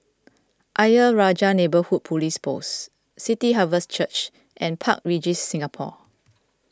Ayer Rajah Neighbourhood Police Post City Harvest Church and Park Regis Singapore